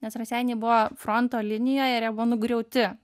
nes raseiniai buvo fronto linijoje ir jie buvo nugriauti